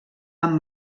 amb